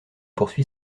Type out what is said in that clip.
poursuit